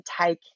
take